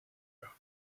her